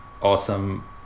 awesome